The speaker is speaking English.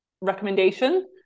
recommendation